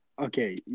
Okay